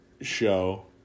show